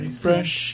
fresh